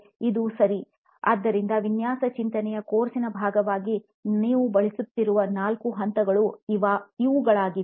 ಇದು ಸರಿ ಆದ್ದರಿಂದ ವಿನ್ಯಾಸ ಚಿಂತನೆಯ ಕೋರ್ಸ್ನ ಭಾಗವಾಗಿ ನೀವು ಬಳಸುತ್ತಿರುವ ನಾಲ್ಕು ಹಂತಗಳು ಇವುಗಳಾಗಿವೆ